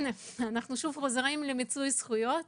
אנחנו חוזרים שוב ושוב למיצוי זכויות.